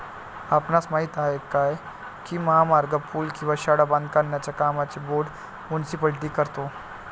आपणास माहित आहे काय की महामार्ग, पूल किंवा शाळा बांधण्याच्या कामांचे बोंड मुनीसिपालिटी करतो?